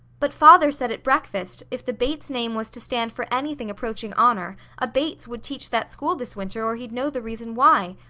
but father said at breakfast if the bates name was to stand for anything approaching honour, a bates would teach that school this winter or he'd know the reason why.